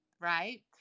right